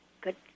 good